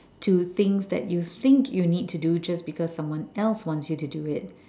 to things that you think you need to do just because someone else wants you to do it